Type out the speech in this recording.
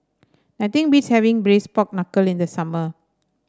nothing beats having Braised Pork Knuckle in the summer